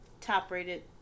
top-rated